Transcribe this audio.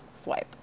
Swipe